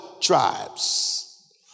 tribes